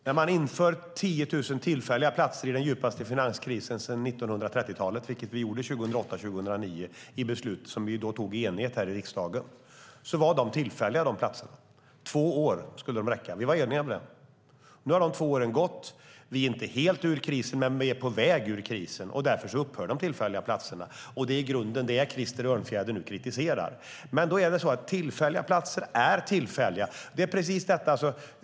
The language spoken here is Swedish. När vi införde 10 000 tillfälliga studieplatser under den djupaste finanskrisen sedan 1930-talet, vilket vi gjorde 2008-2009 genom beslut som vi tog i enighet här i riksdagen, handlade det om platser som var just tillfälliga. Två år skulle de räcka. Vi var eniga om det. Nu har de två åren gått. Vi är inte helt ute ur krisen, men vi är på väg ut ur den, och därför upphör de tillfälliga platserna. Det är i grunden detta som Krister Örnfjäder nu kritiserar. Tillfälliga platser är tillfälliga. Det är detta det handlar om.